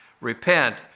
Repent